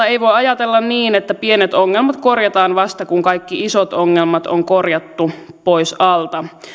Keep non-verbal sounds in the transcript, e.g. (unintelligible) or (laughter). (unintelligible) ei voi ajatella niin että pienet ongelmat korjataan vasta kun kaikki isot ongelmat on korjattu pois alta